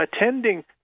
attending